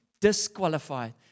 disqualified